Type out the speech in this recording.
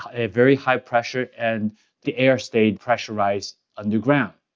a very high pressure. and the air stayed pressurized underground.